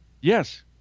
Yes